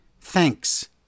Thanks